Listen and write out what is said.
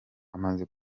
amaze